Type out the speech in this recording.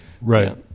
Right